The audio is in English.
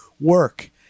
work